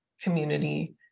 community